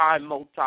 multi